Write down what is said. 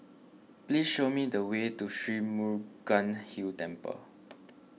please show me the way to Sri Murugan Hill Temple